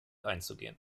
einzugehen